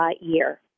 year